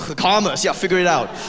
commerce. yeah, figure it out.